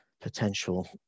potential